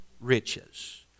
riches